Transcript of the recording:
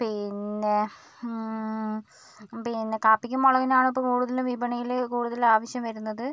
പിന്നേ പിന്നെ കാപ്പിക്കും മുളകിനുമാണ് ഇപ്പോൾ കൂടുതലും വിപണിയില് കൂടുതല് ആവശ്യം വരുന്നത്